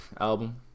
album